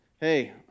Hey